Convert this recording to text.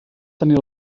tenir